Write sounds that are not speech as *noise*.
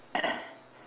*coughs*